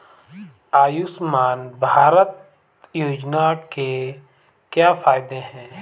आयुष्मान भारत योजना के क्या फायदे हैं?